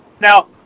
Now